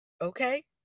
Okay